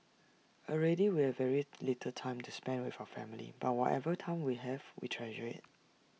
already we have very little time to spend with our family but whatever time we have we treasure IT